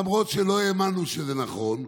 למרות שלא האמנו שזה נכון,